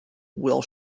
will